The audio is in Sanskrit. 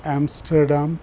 आम्स्टर्डाम्